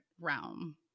realm